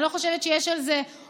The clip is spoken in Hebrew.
אני לא חושבת שיש על זה עוררין.